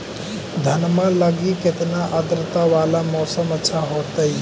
धनमा लगी केतना आद्रता वाला मौसम अच्छा होतई?